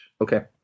Okay